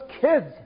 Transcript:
kids